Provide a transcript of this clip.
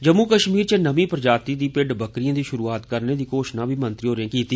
जम्मू कश्मीर च नमीं प्रजाति दी भिड्ड बकरीयें दी श्रुआत करने दी घोषणा बी मंत्री होरें कीती